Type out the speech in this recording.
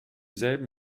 selben